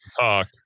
talk